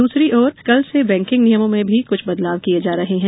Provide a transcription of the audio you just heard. दूसरी ओर कल से ही बैंकिंग नियमों में भी कुछ बदलाव किये जा रहे हैं